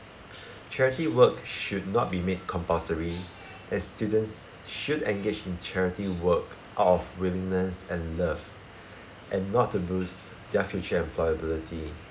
charity work should not be made compulsory as students should engage in charity work out of willingness and love and not to boost their future employability